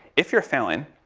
if you're failing,